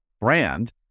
brand